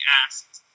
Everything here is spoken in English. asked